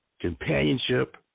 companionship